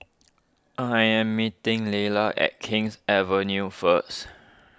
I am meeting Lelia at King's Avenue first